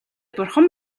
бурхан